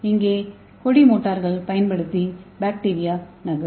இங்கே கொடி மோட்டார்கள் பயன்படுத்தி பாக்டீரியா நகரும்